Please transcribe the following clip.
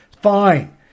Fine